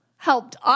helped